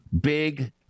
big